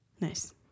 Nice